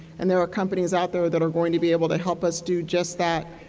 and there are companies out there that are going to be able to help us do just that,